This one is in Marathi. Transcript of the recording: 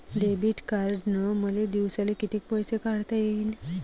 डेबिट कार्डनं मले दिवसाले कितीक पैसे काढता येईन?